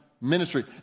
ministry